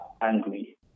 angry